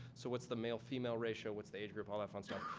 so what's the male female ratio? what's the age group? all that fun stuff.